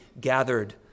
gathered